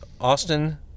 Austin